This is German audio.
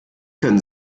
können